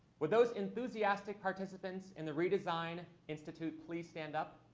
would those enthusiastic participants in the redesign institute please stand up?